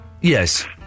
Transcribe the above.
Yes